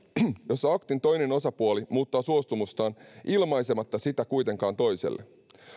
jossa aktin toinen osapuoli muuttaa suostumustaan ilmaisematta sitä kuitenkaan toiselle